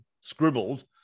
scribbled